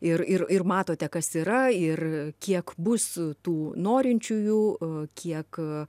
ir ir ir matote kas yra ir kiek bus tų norinčiųjų e kiek